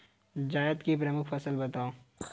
जायद की प्रमुख फसल बताओ